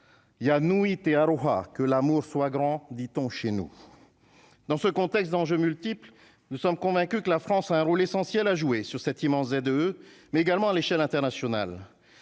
y a nuitées Harrouard que l'amour soit grand, dit-on chez nous, dans ce contexte d'enjeux multiples, nous sommes convaincus que la France a un rôle essentiel à jouer sur cet immense deux mais également à l'échelle internationale,